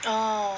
orh